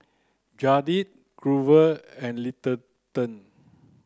Jaeden Grover and Littleton